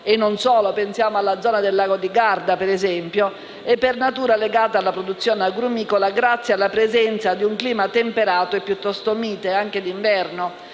(e non solo: pensiamo, ad esempio, alla zona del lago di Garda), è per natura legata alle produzioni agrumicole grazie alla presenza di un clima temperato e piuttosto mite anche d'inverno.